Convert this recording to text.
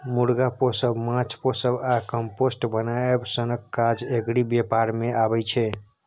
मुर्गा पोसब, माछ पोसब आ कंपोस्ट बनाएब सनक काज एग्री बेपार मे अबै छै